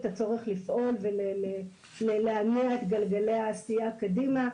את הצורך לפעול ולהניע את גלגלי העשייה קדימה,